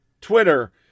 Twitter